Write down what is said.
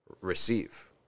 receive